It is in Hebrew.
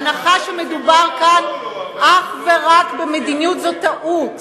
ההנחה שמדובר כאן, ניסו לעזור לו,